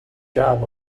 job